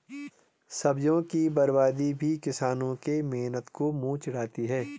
सब्जियों की बर्बादी भी किसानों के मेहनत को मुँह चिढ़ाती है